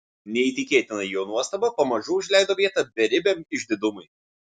neįtikėtina jo nuostaba pamažu užleido vietą beribiam išdidumui